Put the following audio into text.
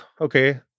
okay